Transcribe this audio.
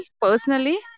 personally